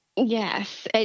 Yes